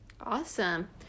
Awesome